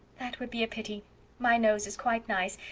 that would be a pity my nose is quite nice,